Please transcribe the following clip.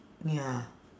ya